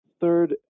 Third